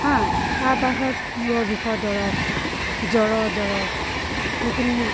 হাঁ তাৰপাছত মূৰৰ বিষৰ দৰৱ জ্বৰৰ দৰৱ এইখিনি